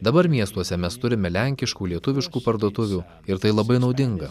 dabar miestuose mes turime lenkiškų lietuviškų parduotuvių ir tai labai naudinga